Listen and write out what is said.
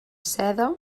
seda